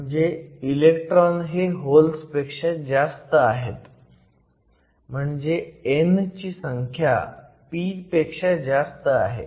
म्हणजे इलेक्ट्रॉन हे होल्सपेक्षा जास्त आहेत म्हणजे n ची संख्या p पेक्षा जास्त आहे